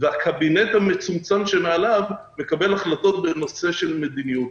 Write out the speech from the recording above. והקבינט המצומצם שמעליו מקבל החלטות בנושא של מדיניות.